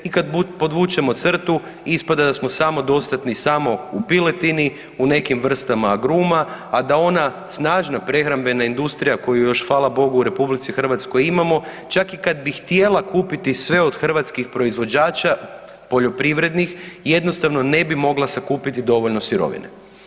I kad podvučemo crtu ispada da smo samo dostatni samo u piletini, u nekim vrstama agruma a da ona snažna prehrambena industrija koju još hvala Bogu u Republici Hrvatskoj imamo čak i kad bi htjela kupiti sve od hrvatskih proizvođača poljoprivrednih jednostavno ne bi mogla sakupiti dovoljno sirovine.